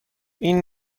این